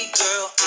girl